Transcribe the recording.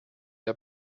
der